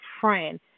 friend